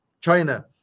China